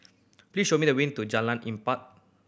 please show me the way to Jalan Empat